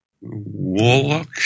warlock